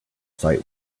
site